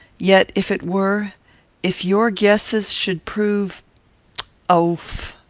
yet, if it were if your guesses should prove oaf!